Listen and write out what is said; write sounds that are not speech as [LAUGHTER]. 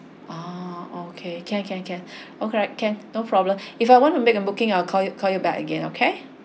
ah okay can can can [BREATH] alright can no problem if I want to make a booking I'll call you call you back again okay